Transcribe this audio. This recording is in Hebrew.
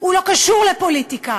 הוא לא קשור לפוליטיקה,